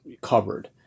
covered